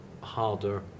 harder